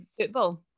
football